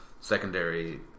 secondary